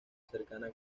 cercana